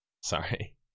Sorry